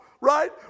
right